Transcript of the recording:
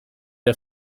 der